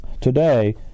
Today